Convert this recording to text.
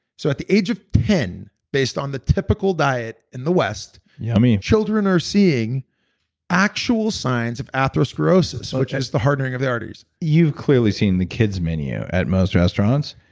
so at the age of ten, based on the typical diet in the west, yeah and children are seeing actual signs of atherosclerosis such as the hardening of the arteries you've clearly seen the kid's menu at most restaurants.